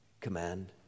command